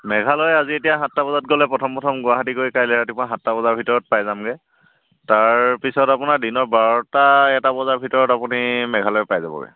মেঘালয় আজি এতিয়া সাতটা বজাত গ'লে প্ৰথম প্ৰথম গুৱাহাটী গৈ কাইলৈ ৰাতিপুৱা সাতটা বজাৰ ভিতৰত পাই যামগৈ তাৰপিছত আপোনাৰ দিনৰ বাৰটা এটা বজাৰ ভিতৰত আপুনি মেঘালয় পাই যাবগৈ